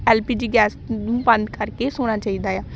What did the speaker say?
L P G gas ਨੂੰ ਬੰਦ ਕਰਕੇ ਸੌਣਾ ਚਾਹੀਦਾ ਆ